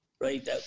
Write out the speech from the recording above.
Right